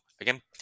again